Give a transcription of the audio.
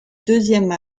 deuxième